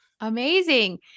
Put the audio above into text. Amazing